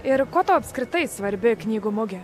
ir kuo tau apskritai svarbi knygų mugė